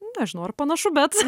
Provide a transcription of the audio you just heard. nežinau ar panašu bet